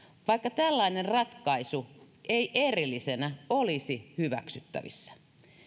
vaikka tällainen ratkaisu ei erillisenä olisi hyväksyttävissä